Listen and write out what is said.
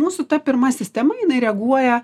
mūsų ta pirma sistema jinai reaguoja